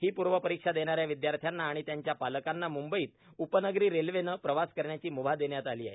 ही पूर्व परीक्षा देणाऱ्या विद्यार्थ्यांना आणि त्यांच्या पालकांना म्ंबईत उपनगरी रेल्वेने प्रवास करण्याची म्भा देण्यात आली आहे